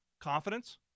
confidence